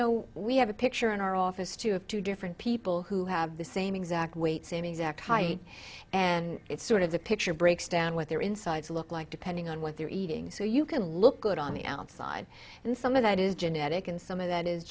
know we have a picture in our office two you have two different people who have the same exact weight same exact height and it's sort of the picture breaks down what their insides look like depending on what they're eating so you can look good on the outside and some of that is genetic and some of that is